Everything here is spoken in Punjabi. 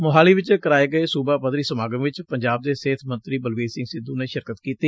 ਮੁਹਾਲੀ ਚ ਕਰਾਏ ਗਏ ਸੁਬਾ ਪੱਧਰੀ ਸਮਾਗਮ ਚ ਪੰਜਾਬ ਦੇ ਸਿਹਤ ਮੰਤਰੀ ਬਲਬੀਰ ਸਿੰਘ ਸਿੱਧੁ ਨੇ ਸ਼ਿਰਕਤ ਕੀਤੀ